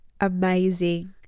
amazing